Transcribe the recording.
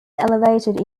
elevated